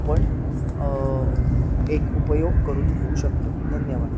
आपण एक उपयोग करून घेऊ शकतो धन्यवाद